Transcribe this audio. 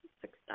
success